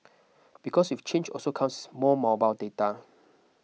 because with change also comes more mobile data